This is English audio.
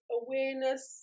awareness